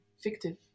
fictive